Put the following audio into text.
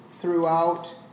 throughout